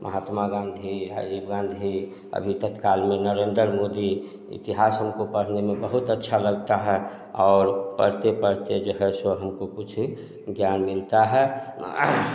महात्मा गाँधी है राजीव गाँधी अभी तत्काल में नरेन्द्र मोदी इतिहास उनको पढ़ने में बहुत अच्छा लगता है और पढ़ते पढ़ते जो है सो हमको कुछ ज्ञान मिलता है